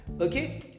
okay